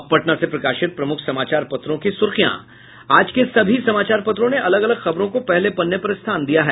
अब पटना से प्रकाशित प्रमुख समाचार पत्रों की सुर्खियां आज के सभी समाचार पत्रों ने अलग अलग खबरों को पहले पन्ने पर स्थान दिया है